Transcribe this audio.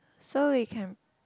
so we can